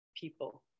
people